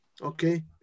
Okay